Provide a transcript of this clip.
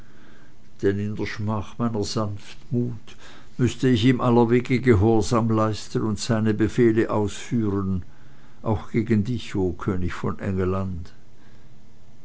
denn in der schmach meiner sanftmut müßte ich ihm allerwege gehorsam leisten und seine befehle ausführen auch gegen dich o könig von